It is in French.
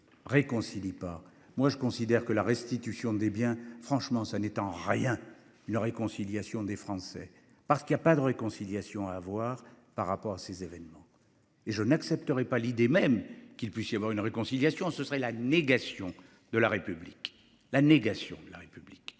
On ne. Réconcilie pas moi je considère que la restitution des biens. Franchement, ça n'est en rien il leur réconciliation des Français parce qu'il y a pas de réconciliation à avoir par rapport à ces événements. Et je n'accepterai pas l'idée même qu'il puisse y avoir une réconciliation, ce serait la négation de la République la négation de la République